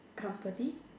company